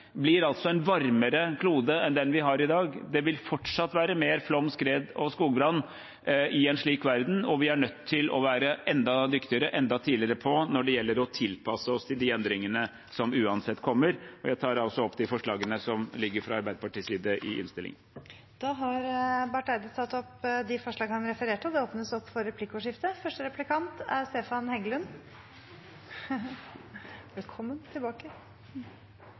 enn den er i dag. Det vil fortsatt være mer flom, skred og skogbrann i en slik verden, og vi er nødt til å være enda dyktigere, enda tidligere på når det gjelder å tilpasse oss til de endringene som uansett kommer. Jeg tar opp de forslagene i innstillingen der Arbeiderpartiet er medforslagsstiller. Representanten Espen Barth Eide har tatt opp de forslagene han refererte til. Det blir replikkordskifte. Jeg har lyst til å takke for et godt innlegg. Selv om jeg kanskje ikke er